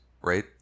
right